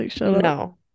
no